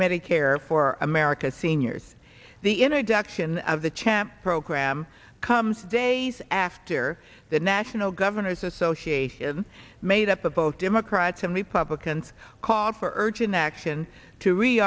medicare for america's seniors the in a direction of the champ program comes days after the national governors association made up of both democrats and republicans called for gin action to re